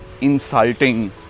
insulting